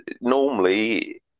normally